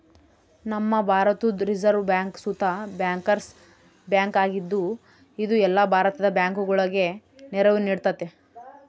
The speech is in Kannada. ನಮ್ಮ ಭಾರತುದ್ ರಿಸೆರ್ವ್ ಬ್ಯಾಂಕ್ ಸುತ ಬ್ಯಾಂಕರ್ಸ್ ಬ್ಯಾಂಕ್ ಆಗಿದ್ದು, ಇದು ಎಲ್ಲ ಭಾರತದ ಬ್ಯಾಂಕುಗುಳಗೆ ನೆರವು ನೀಡ್ತತೆ